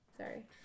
Sorry